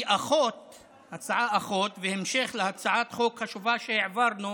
היא הצעה אחות והמשך להצעת חוק חשובה שהעברנו